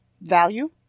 value